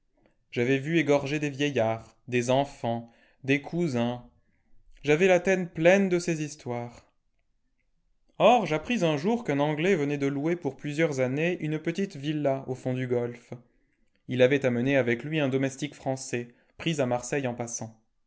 j'avais vu égorger des vieillards des enfants des cousins j'avais la tête pleine de ces histoires or j'appris un jour qu'un anglais venait de louer pour plusieurs années une petite villa au fond du ofolfe il avait amené avec o lui un domestique français pris à marseille en passant